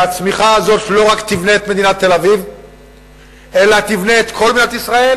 שהצמיחה הזאת לא רק תבנה את מדינת תל-אביב אלא תבנה את כל מדינת ישראל,